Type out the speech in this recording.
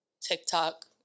TikTok